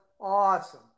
awesome